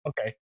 Okay